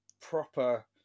proper